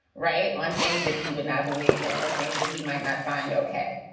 right. on things that he would not believe in and things that he might not find. ok,